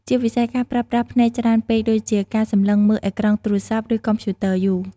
ជាពិសេស ការប្រើប្រាស់ភ្នែកច្រើនពេក ដូចជាការសម្លឹងមើលអេក្រង់ទូរស័ព្ទ ឬកុំព្យូទ័រយូរ។